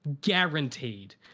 guaranteed